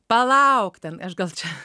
palauk ten aš gal čia